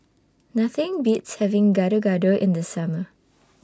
Nothing Beats having Gado Gado in The Summer